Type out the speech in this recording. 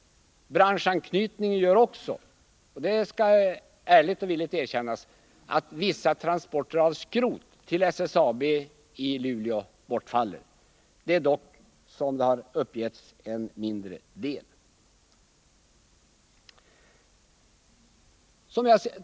Branschanknytningen gör samtidigt — det skall ärligt och villigt erkännas — att transportstödet för vissa transporter av skrot till SSAB i Luleå bortfaller, men då rör det sig dock om en mindre andel av transporterna.